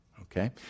Okay